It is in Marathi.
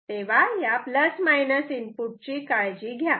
तेव्हा या प्लस मायनस इनपुट input ची काळजी घ्या